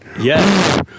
Yes